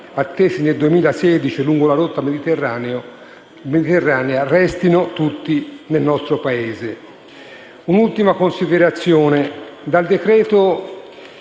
attesi nel 2016 lungo la rotta mediterranea, restino tutti nel nostro Paese. Un'ultima considerazione: dal decreto-legge